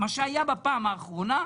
מה שהיה בפעם האחרונה,